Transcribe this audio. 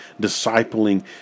discipling